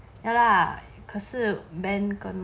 ya lah 可是 ben 跟